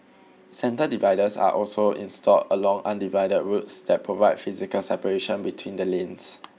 centre dividers are also installed along undivided roads that provide physical separation between the lanes